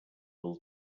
del